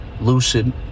Lucid